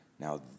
Now